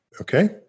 okay